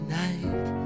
night